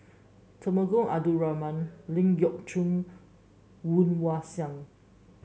Temenggong Abdul Rahman Ling Geok Choon Woon Wah Siang